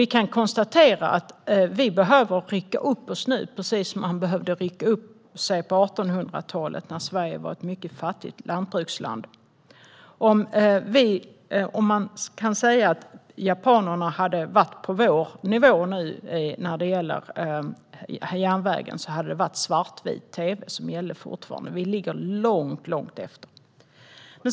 Vi kan konstatera att vi behöver rycka upp oss nu, precis som man behövde rycka upp sig på 1800-talet när Sverige var ett mycket fattigt lantbruksland. Om japanerna hade varit på motsvarande vår nivå när det gäller järnvägen hade det fortfarande varit svartvit tv som gällt: Vi ligger långt, långt efter.